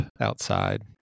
outside